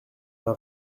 m’as